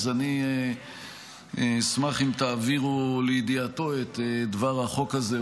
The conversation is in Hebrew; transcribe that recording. אני אשמח אם תעבירו לידיעתו את דבר החוק הזה,